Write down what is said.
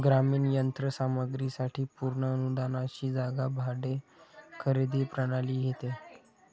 ग्रामीण यंत्र सामग्री साठी पूर्ण अनुदानाची जागा भाडे खरेदी प्रणाली घेते